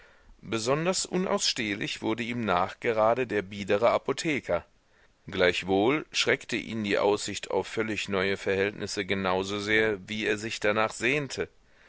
besonders unausstehlich wurde ihm nachgerade der biedere apotheker gleichwohl schreckte ihn die aussicht auf völlig neue verhältnisse genau so sehr wie er sich danach sehnte